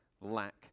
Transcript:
lack